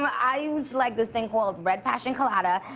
i always liked this thing called red passion colada.